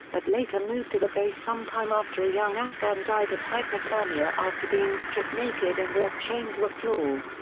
but later moved to the base some time after a young afghan died of hypothermia after being stripped naked and left chained to a floor.